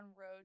road